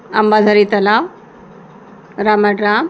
अंबाझरी तलाव रामाड राम